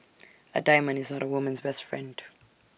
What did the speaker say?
A diamond is not A woman's best friend